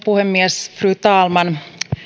puhemies fru talman